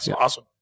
awesome